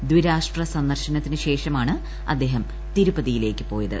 ദ്വിരാഷ്ട്ര സന്ദർശ്നത്തിന് ശേഷമാണ് അദ്ദേഹം തിരുപ്പതിയിലേക്ക് പോയത്